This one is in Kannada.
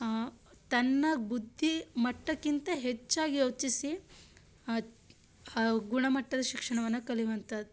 ತನ್ನ ಬುದ್ದಿಮಟ್ಟಕ್ಕಿಂತ ಹೆಚ್ಚಾಗಿ ಯೋಚಿಸಿ ಗುಣಮಟ್ಟದ ಶಿಕ್ಷಣವನ್ನು ಕಲಿಯುವಂಥದ್ದು